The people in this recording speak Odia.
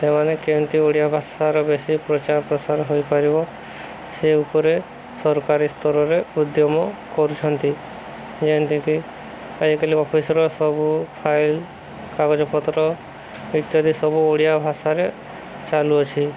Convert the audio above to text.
ସେମାନେ କେମିତି ଓଡ଼ିଆ ଭାଷାର ବେଶି ପ୍ରଚାର ପ୍ରସାର ହୋଇପାରିବ ସେ ଉପରେ ସରକାରୀ ସ୍ତରରେ ଉଦ୍ୟମ କରୁଛନ୍ତି ଯେମିତିକି ଆଜିକାଲି ଅଫିସର ସବୁ ଫାଇଲ କାଗଜପତ୍ର ଇତ୍ୟାଦି ସବୁ ଓଡ଼ିଆ ଭାଷାରେ ଚାଲୁଅଛି